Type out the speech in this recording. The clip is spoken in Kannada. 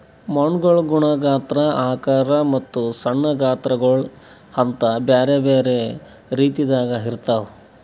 ಮಣ್ಣುಗೊಳ್ ಗುಣ, ಗಾತ್ರ, ಆಕಾರ ಮತ್ತ ಸಣ್ಣ ಗಾತ್ರಗೊಳ್ ಅಂತ್ ಬ್ಯಾರೆ ಬ್ಯಾರೆ ರೀತಿದಾಗ್ ಇರ್ತಾವ್